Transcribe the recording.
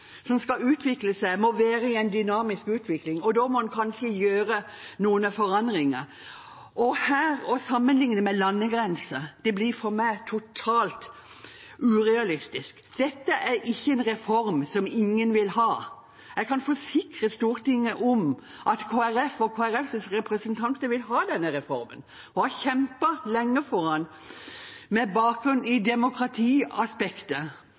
som skal utvikle seg, må være i dynamisk utvikling, og da må en kanskje gjøre noen forandringer. Å sammenligne med landegrenser her blir for meg totalt urealistisk. Dette er ikke en reform som ingen vil ha. Jeg kan forsikre Stortinget om at Kristelig Folkeparti og Kristelig Folkepartis representanter vil ha denne reformen og har kjempet lenge for den. Med bakgrunn i